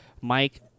Mike